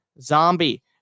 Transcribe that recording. Zombie